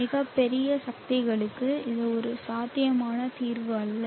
மிகப் பெரிய சக்திகளுக்கு இது ஒரு சாத்தியமான தீர்வு அல்ல